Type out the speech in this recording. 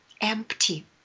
empty